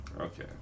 Okay